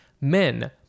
men